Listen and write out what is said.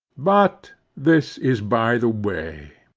but this is by the way.